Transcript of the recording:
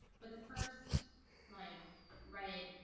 but the first like reddit